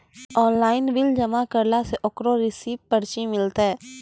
Online bill जमा करला से ओकरौ रिसीव पर्ची मिलतै?